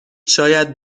شاید